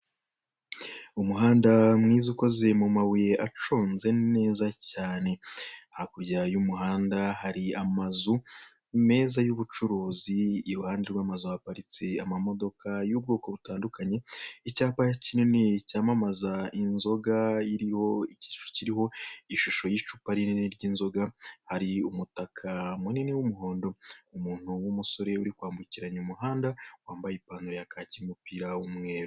Umuhanda mwiza ukozwe mu mabuye aconze neza cyane, hakurya y'umuhanda hari amazu meza y'ubucuruzi, i ruhande rw'amazu haparitse amamodoka y'ubwoko butandukanye icyapa kinini cyamamaza inzoga iriho ishusho y'icupa rinini ry'inzoga, hari umutaka munini w'umuhondo, umuntu w'umusore uri kwambukiranya umuhanda wambaye ipantaro ya kaki n'umupira w'umweru.